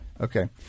Okay